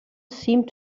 seemed